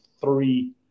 three –